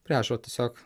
prie ežero tiesiog